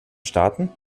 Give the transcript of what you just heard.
staaten